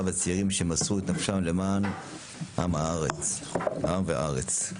והצעירים שמסרו את נפשם למען העם והארץ.